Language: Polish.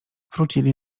wrócili